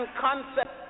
concept